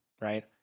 right